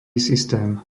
systém